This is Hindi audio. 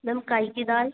मैम काहे की दाल